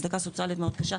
הצדקה סוציאלית מאוד קשה,